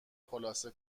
خلاصه